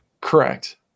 Correct